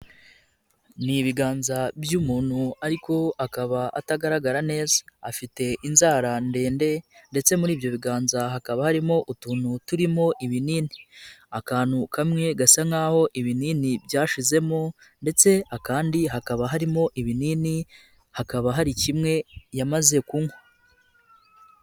Ni ibiganza by'umuntu ariko akaba atagaragara neza, afite inzara ndende ndetse muri ibyo biganza hakaba harimo utuntu turimo ibinini, akantu kamwe gasa n'aho ibinini byashizemo ndetse akandi hakaba harimo ibinini hakaba hari kimwe yamaze kunywa.